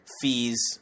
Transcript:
fees